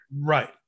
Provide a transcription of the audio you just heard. right